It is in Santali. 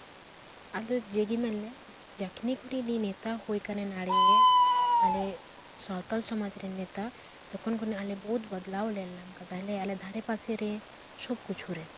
ᱟᱫᱚ ᱡᱮᱜᱮ ᱢᱮᱱᱟᱞᱮ ᱡᱟᱠᱱᱤ ᱠᱷᱚᱱᱤᱡ ᱱᱮᱛᱟ ᱦᱩᱭ ᱠᱟᱱᱟ ᱱᱟᱲᱮ ᱟᱞᱮ ᱥᱟᱶᱛᱟᱞ ᱥᱚᱢᱟᱡᱽ ᱨᱮᱱ ᱱᱮᱛᱟ ᱛᱚᱠᱷᱚᱱ ᱠᱷᱚᱱᱟᱜ ᱟᱞᱮ ᱵᱚᱦᱩᱫ ᱵᱚᱫᱽᱞᱟᱣ ᱧᱮᱞ ᱧᱟᱢ ᱠᱟᱫᱟᱞᱮ ᱛᱟᱦᱞᱮ ᱟᱞᱮ ᱫᱷᱟᱨᱮ ᱯᱟᱥᱮᱨᱮ ᱥᱚᱵᱽ ᱠᱤᱪᱷᱩ ᱨᱮ